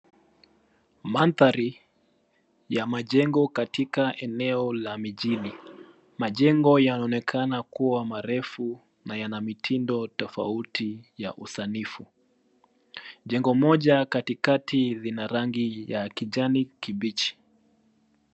Mandhari ya majengo katika eneo la mijini. Majengo yanaonekana kuwa marefu na yana mitindo tofauti ya usanifu. Jengo moja katikati ina rangi ya kijani kibichi.